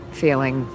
feeling